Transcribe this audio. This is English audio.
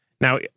Now